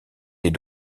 des